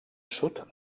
sud